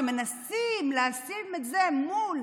כשמנסים לשים את זה מול